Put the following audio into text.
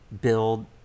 build